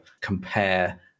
compare